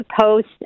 post